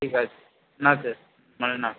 ঠিক আছে না আছে মানে না